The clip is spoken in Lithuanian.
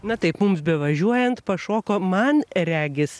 na taip mums bevažiuojant pašoko man regis